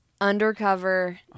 undercover